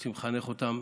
רוצים לחנך אותם